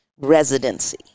residency